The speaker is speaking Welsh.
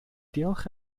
diolch